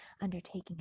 undertaking